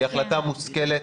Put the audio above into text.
היא החלטה מושכלת,